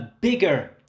bigger